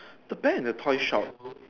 the bear in the toy shop